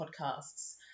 podcasts